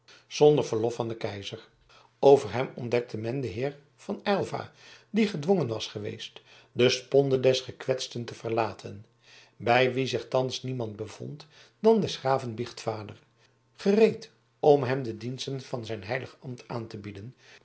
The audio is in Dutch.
zonder verlof van den keizer over hem ontdekte men den heer van aylva die gedwongen was geweest de sponde des gekwetsten te verlaten bij wien zich thans niemand bevond dan des graven biechtvader gereed om hem de diensten van zijn heilig ambt aan te bieden